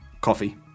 coffee